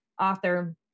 author